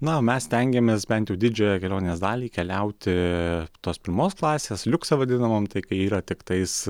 na mes stengiamės bent jau didžiąją kelionės dalį keliauti tos pirmos klasės liukso vadinamom tai kai yra tiktais